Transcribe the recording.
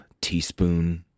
teaspoon